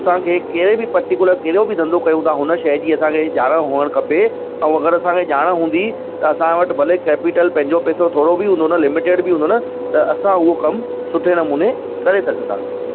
असांखे कहिड़े बि पर्टिकुलर कहिड़ो बि धंदो कयूं था हुन शइ जी असांखे ॼाण हुअण खपे ऐं अगरि असांखे ॼाण हूंदी त असां वटि भले कैपिटल पंहिंजो पैसो थोरो बि हूंदो न लिमिटेड बि हूंदो न त असां उहो कमु सुठे नमूने करे सघंदासीं